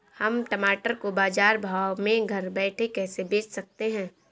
हम टमाटर को बाजार भाव में घर बैठे कैसे बेच सकते हैं?